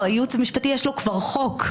לייעוץ המשפטי יש כבר חוק,